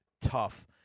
tough